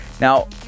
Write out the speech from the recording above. now